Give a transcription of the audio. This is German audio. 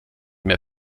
mehr